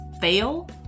fail